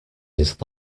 his